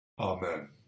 Amen